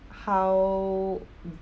how